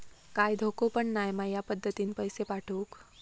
काय धोको पन नाय मा ह्या पद्धतीनं पैसे पाठउक?